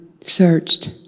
searched